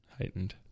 heightened